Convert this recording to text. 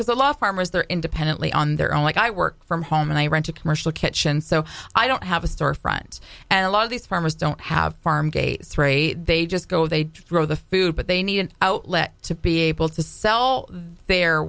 because a lot farmers there independently on their own like i work from home and i rent a commercial kitchen so i don't have a storefront and a lot of these farmers don't have farm gate three they just go they drove the food but they need an outlet to be able to sell their